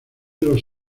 los